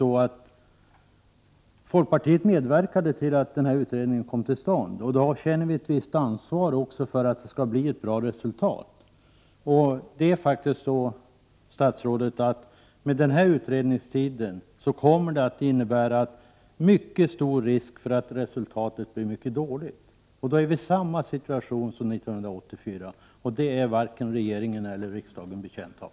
Vi i folkpartiet medverkade till att denna utredning kom till stånd, och vi känner också ett visst ansvar för att det skall bli ett bra resultat. Det är faktiskt så, statsrådet, att den anvisade utredningstiden kommer att innebära en mycket stor risk för att resultatet blir mycket dåligt. Då skulle vi vara i samma situation som 1984, och det är varken regeringen eller riksdagen betjänt av.